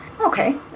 Okay